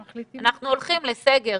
אנחנו הולכים לסגר,